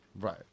right